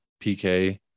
PK